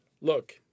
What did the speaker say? look